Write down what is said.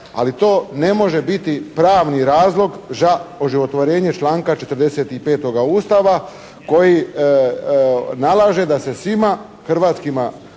ali to ne može biti pravni razlog za oživotvorenje članka 45. Ustava koji nalaže da se svima hrvatskima